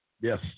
Yes